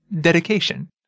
dedication